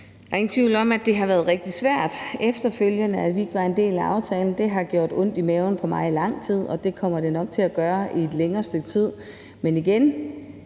Der er ingen tvivl om, at det har været rigtig svært efterfølgende, at vi ikke var en del af aftalen. Det har gjort ondt i maven på mig i lang tid, og det kommer det nok til at gøre i et længere stykke tid. Men igen,